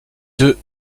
deux